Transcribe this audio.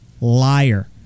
liar